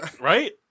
Right